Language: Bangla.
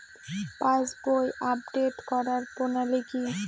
পাসবই আপডেট করার প্রণালী কি?